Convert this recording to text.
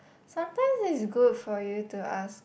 sometimes is good for you to ask